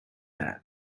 that